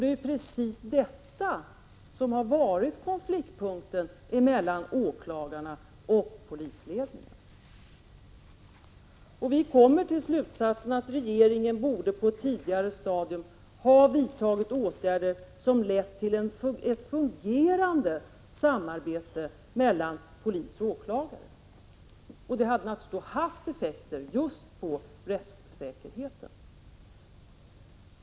Det är precis detta som har varit konfliktpunkten mellan åklagarna och polisledningen. Vi kommer till slutsatsen att regeringen på ett tidigare stadium borde ha vidtagit åtgärder som lett till ett fungerande samarbete mellan polis och åklagare. Detta hade naturligtvis haft effekter just på rättssäkerheten.